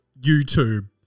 YouTube